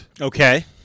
Okay